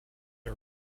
are